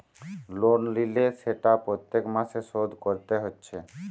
loan লিলে সেটা প্রত্যেক মাসে শোধ কোরতে হচ্ছে